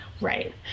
right